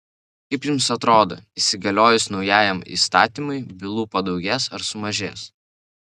kaip jums atrodo įsigaliojus naujajam įstatymui bylų padaugės ar sumažės